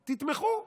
תתמכו.